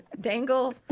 dangle